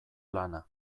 lana